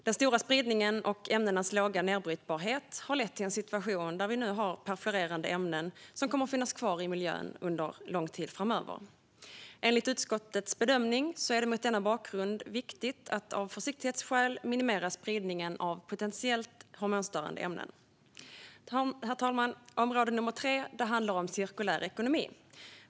Den stora spridningen och ämnenas låga nedbrytbarhet har lett till att perfluorerade ämnen kommer att finnas kvar i miljön lång tid framöver. Enligt utskottets bedömning är det mot denna bakgrund viktigt att av försiktighetsskäl minimera spridning av potentiellt hormonstörande ämnen. Herr talman! Område nummer tre handlar om cirkulär ekonomi.